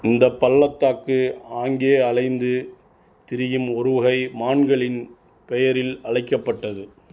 இந்த பள்ளத்தாக்கு ஆங்கே அலைந்து திரியும் ஒரு வகை மான்களின் பெயரில் அழைக்கப்பட்டது